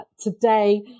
today